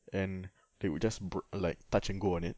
and they would just bro~ like touch and go like that